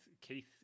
Keith